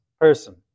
person